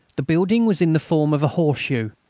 the building was in the form of a horseshoe,